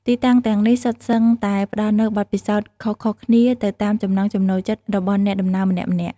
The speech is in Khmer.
ទីតាំងទាំងនេះសុទ្ធសឹងតែផ្តល់នូវបទពិសោធន៍ខុសៗគ្នាទៅតាមចំណង់ចំណូលចិត្តរបស់អ្នកដំណើរម្នាក់ៗ។